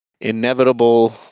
inevitable